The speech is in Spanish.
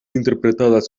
interpretadas